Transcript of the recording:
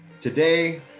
today